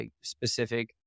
specific